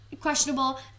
questionable